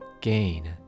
gain